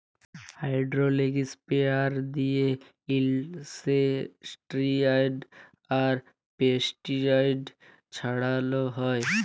hydraulic sprayer দিঁয়ে insecticide আর pesticide ছড়াল হ্যয়